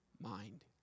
mind